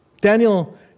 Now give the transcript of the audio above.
Daniel